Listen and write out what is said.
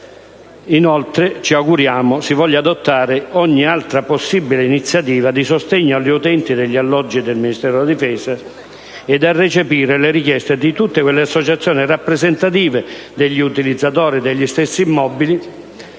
Inoltre, ci auguriamo si voglia adottare ogni altra possibile iniziativa di sostegno agli utenti degli alloggi del Ministero della difesa e recepire le richieste di tutte le associazioni rappresentative degli utilizzatori degli stessi immobili,